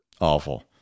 Awful